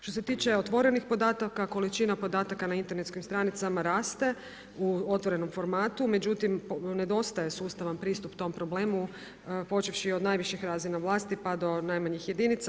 Što se tiče otvorenih potaka, količina podataka na internetskim stranicama raste u otvorenom formatu, međutim nedostaje sustavan pristup tom problemu počevši od najviših razina vlasti pa do najmanjih jedinica.